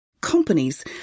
companies